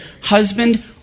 husband